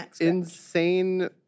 insane